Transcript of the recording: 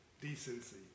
decency